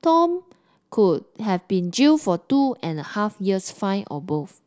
Tan could have been jailed for two and a half years fined or both